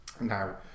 Now